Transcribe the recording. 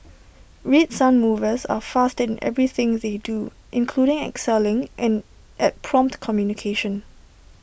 red sun movers are fast in everything they do including excelling in at prompt communication